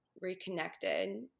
reconnected